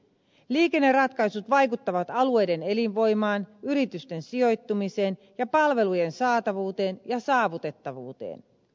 liikenneratkaisut vaikuttavat alueiden elinvoimaan yritysten sijoittumiseen ja palvelujen saatavuuteen ja saavutettavuuteen